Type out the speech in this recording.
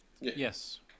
Yes